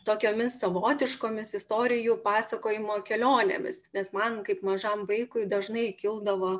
tokiomis savotiškomis istorijų pasakojimo kelionėmis nes man kaip mažam vaikui dažnai kildavo